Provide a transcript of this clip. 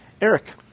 Eric